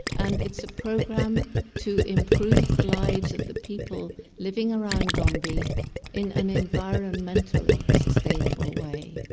and it's a program to improve the lives of the people living around gombe in an environmentally sustainable way.